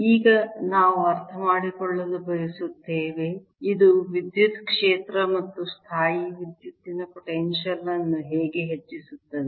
ಈಗ ನಾವು ಅರ್ಥಮಾಡಿಕೊಳ್ಳಲು ಬಯಸುತ್ತೇವೆ ಇದು ವಿದ್ಯುತ್ ಕ್ಷೇತ್ರ ಮತ್ತು ಸ್ಥಾಯೀವಿದ್ಯುತ್ತಿನ ಪೊಟೆನ್ಶಿಯಲ್ ಅನ್ನು ಹೇಗೆ ಹೆಚ್ಚಿಸುತ್ತದೆ